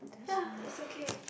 ya it's okay